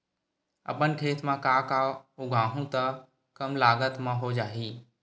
अपन खेत म का का उगांहु त कम लागत म हो जाही?